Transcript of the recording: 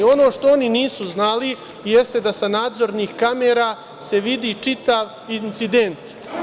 Ono što oni nisu znali jeste da se sa nadzornih kamera vidi čitav incident.